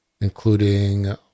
including